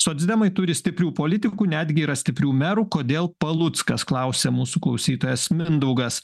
socdemai turi stiprių politikų netgi yra stiprių merų kodėl paluckas klausia mūsų klausytojas mindaugas